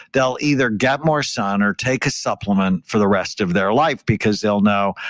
they'll either get more sun or take a supplement for the rest of their life because they'll know,